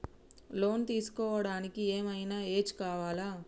Loan తీస్కోవడానికి ఏం ఐనా ఏజ్ కావాలా?